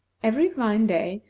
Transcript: every fine day,